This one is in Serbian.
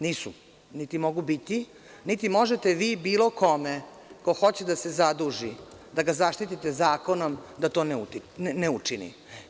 Nisu, niti mogu biti, niti možete vi bilo kome, ko hoće da se zaduži, da ga zaštitite zakonom da to ne učini.